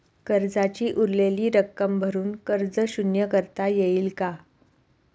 कर्जाची उरलेली रक्कम भरून कर्ज शून्य करता येईल का?